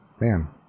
man